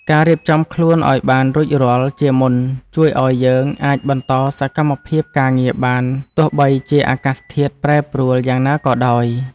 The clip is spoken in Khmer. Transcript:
ការរៀបចំខ្លួនឱ្យបានរួចរាល់ជាមុនជួយឱ្យយើងអាចបន្តសកម្មភាពការងារបានទោះបីជាអាកាសធាតុប្រែប្រួលយ៉ាងណាក៏ដោយ។